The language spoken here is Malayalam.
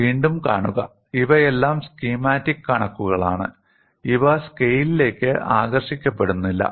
വീണ്ടും കാണുക ഇവയെല്ലാം സ്കീമാറ്റിക് കണക്കുകളാണ് ഇവ സ്കെയിലിലേക്ക് ആകർഷിക്കപ്പെടുന്നില്ല